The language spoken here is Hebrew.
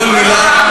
כל מילה.